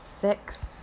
six